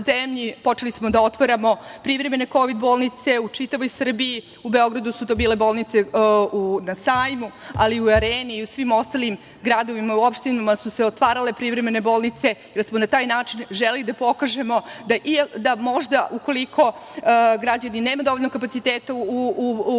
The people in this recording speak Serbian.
smo da otvaramo privremene Kovid bolnice u čitavoj Srbiji. U Beogradu su to bile bolnice na Sajmu, ali i u Areni i u svim ostalim gradovima. U opštinama su se otvarale privremene bolnice jer smo na taj način želeli da pokažemo da možda ukoliko nema kapaciteta u Kovid